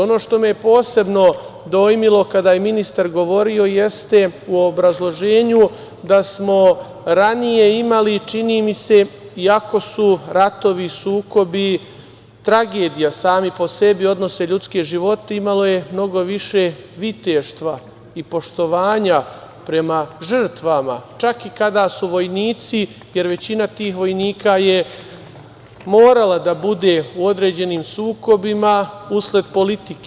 Ono što me je posebno dojmilo kada je ministar govorio jeste u obrazloženju da smo ranije imali, čini mi se, iako su ratovi i sukobi tragedija sami po sebi, odnose ljudske živote, mnogo više viteštva i poštovanja prema žrtvama, čak i kada su vojnici u pitanju, jer većina tih vojnika je morala da bude u određenim sukobima usled politike.